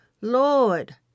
Lord